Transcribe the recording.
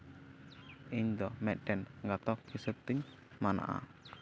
ᱤᱧ ᱫᱚ ᱢᱮᱫᱴᱮᱱ ᱜᱟᱛᱟᱠ ᱦᱤᱥᱟᱹᱵ ᱛᱤᱧ ᱢᱟᱱᱟᱜᱼᱟ